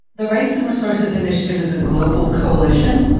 the rights and resources initiative is a global coalition.